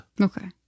Okay